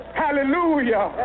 hallelujah